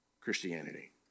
Christianity